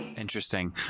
Interesting